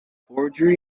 forgery